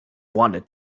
wanted